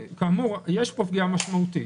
כאמור, יש פה פגיעה משמעותית.